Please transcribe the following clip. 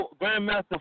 Grandmaster